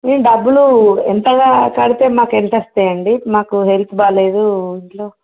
మేము డబ్బులు ఎంత కడితే మాకు ఎంత వస్తాయండి మాకు హెల్త్ బాలేదు ఇంట్లో